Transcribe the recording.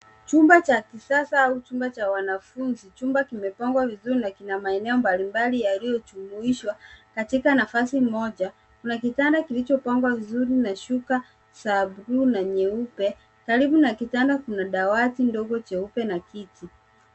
Chumba cha kisasa au chumba cha wanafunzi, chumba kimepangwa vizuri na kina maeneo mbalimbali yaliyojumuishwa katika nafasi moja. Kuna kitanda kilichopangwa vizuri na shuka za blue na nyeupe. Karibu na kitanda kuna dawati ndogo cheupe na kiti.